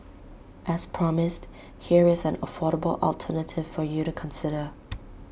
as promised here is an affordable alternative for you to consider